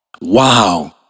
Wow